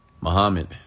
Muhammad